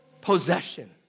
possession